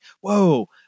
Whoa